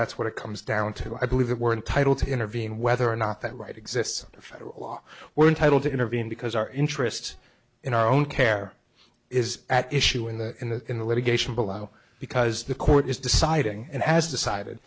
that's what it comes down to i believe that we're entitled to intervene whether or not that right exists a federal law we're entitled to intervene because our interest in our own care is at issue in the in the in the litigation blau because the court is deciding and has decided